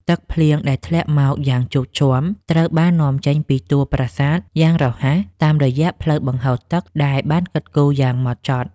ទឹកភ្លៀងដែលធ្លាក់មកយ៉ាងជោកជាំត្រូវបាននាំចេញពីតួប្រាសាទយ៉ាងរហ័សតាមរយៈផ្លូវបង្ហូរទឹកដែលបានគិតគូរយ៉ាងហ្មត់ចត់។